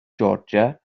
georgia